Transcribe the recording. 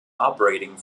operating